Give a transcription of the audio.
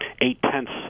eight-tenths